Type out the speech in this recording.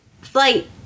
Flight